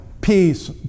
peace